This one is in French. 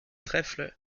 trèfle